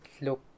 look